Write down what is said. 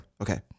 Okay